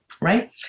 right